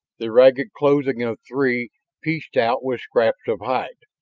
the ragged clothing of three pieced out with scraps of hide.